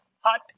hot